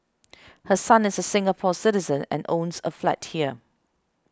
her son is a Singapore Citizen and owns a flat here